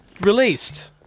released